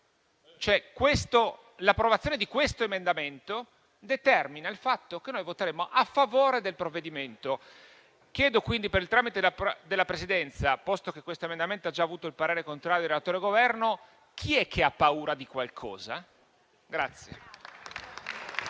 l'approvazione di questo emendamento determina il fatto che voteremmo a favore del provvedimento. Chiedo quindi, per il tramite della Presidenza, posto che questo emendamento ha già avuto il parere contrario del relatore e del Governo: chi è che ha paura di qualcosa?